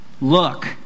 Look